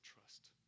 trust